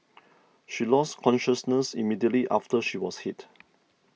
she lost consciousness immediately after she was hit